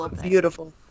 beautiful